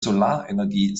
solarenergie